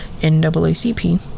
NAACP